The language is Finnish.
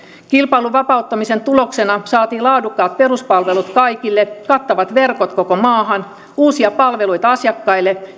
kilpailun vapauttamisen tuloksena saatiin laadukkaat peruspalvelut kaikille kattavat verkot koko maahan uusia palveluita asiakkaille